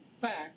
fact